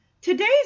Today's